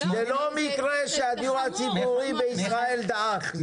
זה לא מקרה שהדיור הציבורי בישראל דעך.